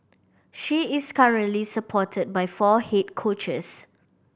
she is currently supported by four head coaches